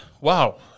wow